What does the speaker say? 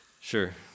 Sure